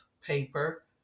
paper